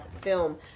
film